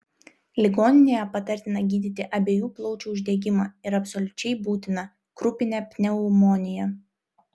ligoninėje patartina gydyti abiejų plaučių uždegimą ir absoliučiai būtina krupinę pneumoniją